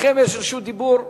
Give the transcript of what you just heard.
לכם יש רשות דיבור,